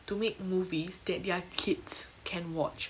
to make movies that their kids can watch